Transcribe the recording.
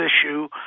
issue